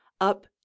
up